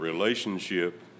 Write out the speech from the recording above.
Relationship